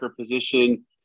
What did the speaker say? position